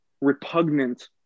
repugnant